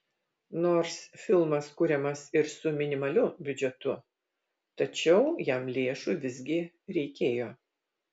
nors filmas kuriamas ir su minimaliu biudžetu tačiau jam lėšų visgi reikėjo